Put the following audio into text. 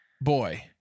boy